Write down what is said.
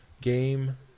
game